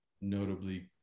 notably